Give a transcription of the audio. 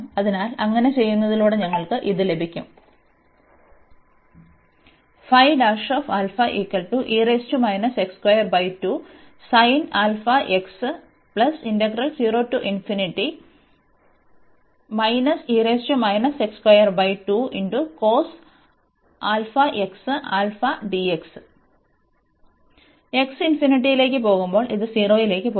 അതിനാൽ അങ്ങനെ ചെയ്യുന്നതിലൂടെ ഞങ്ങൾക്ക് ഇത് ലഭിക്കും X ഇൻഫിനിറ്റിയിലേക്ക് പോകുമ്പോൾ ഇത് 0 ലേക്ക് പോകും